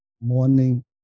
morning